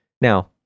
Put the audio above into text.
Now